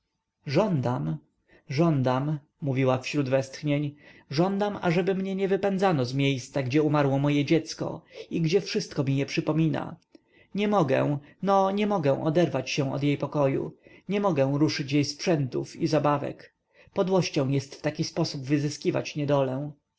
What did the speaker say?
żądam żądam mówiła wśród westchnień żądam aby mnie nie wypędzano z miejsca gdzie umarło moje dziecko i gdzie wszystko mi je przypomina nie mogę no nie mogę oderwać się od jej pokoju nie mogę ruszyć jej sprzętów i zabawek podłością jest w taki sposób wyzyskiwać niedolę